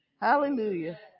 Hallelujah